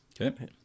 Okay